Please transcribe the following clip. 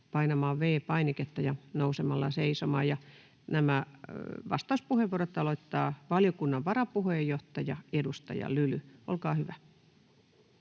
painamaan V-painiketta ja nousemaan seisomaan. — Nämä vastauspuheenvuorot aloittaa valiokunnan varapuheenjohtaja, edustaja Lyly. Olkaa hyvä.